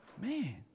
man